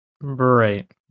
Right